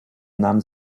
nahm